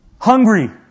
hungry